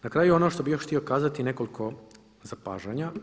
Na kraju ono što bih još htio kazati nekoliko zapažanja.